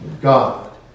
God